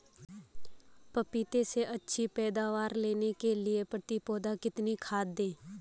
पपीते से अच्छी पैदावार लेने के लिए प्रति पौधा कितनी खाद दें?